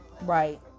right